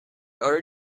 order